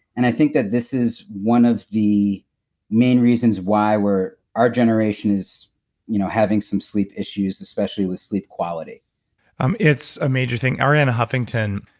and i think that this is one of the main reasons why our generation is you know having some sleep issues, especially with sleep quality um it's a major thing. ariana huffington,